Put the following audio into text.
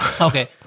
okay